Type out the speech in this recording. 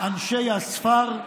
אנשי הספר,